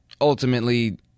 ultimately